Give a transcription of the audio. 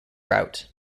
route